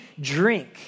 drink